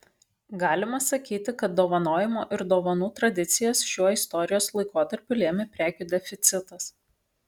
galima sakyti kad dovanojimo ir dovanų tradicijas šiuo istorijos laikotarpiu lėmė prekių deficitas